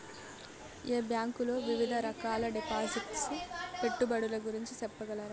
మీ bank లో వివిధ రకాల డిపాసిట్స్, పెట్టుబడుల గురించి సెప్పగలరా?